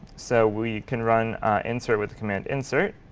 so we can run insert with command insert.